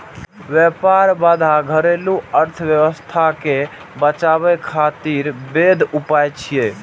व्यापार बाधा घरेलू अर्थव्यवस्था कें बचाबै खातिर वैध उपाय छियै